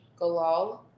Galal